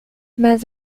mas